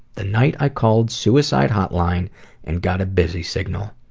the night i called suicide hotline and got a busy signal!